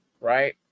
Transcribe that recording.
Right